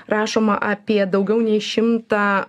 rašoma apie daugiau nei šimtą